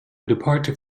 departure